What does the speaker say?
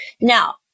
Now